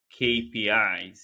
kpis